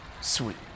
Sweet